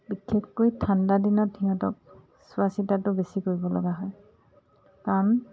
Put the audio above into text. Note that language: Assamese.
বিশেষকৈ ঠাণ্ডা দিনত সিহঁতক চোৱা চিতাটো বেছি কৰিব লগা হয় কাৰণ